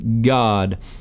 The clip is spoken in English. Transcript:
God